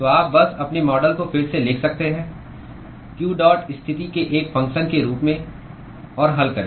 तो आप बस अपने मॉडल को फिर से लिख सकते हैं q डॉट स्थिति के एक फंगक्शन के रूप में और हल करें